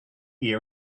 year